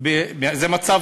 זה מצב טוב.